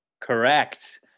Correct